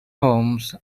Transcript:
homes